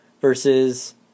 versus